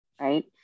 right